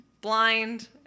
Blind